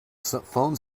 phone